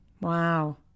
Wow